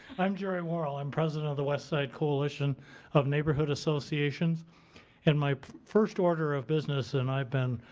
i'm jerry warhol, i'm president of the west side coalition of neighborhood associations and my first order of business, and i've been